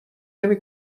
نمی